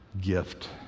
gift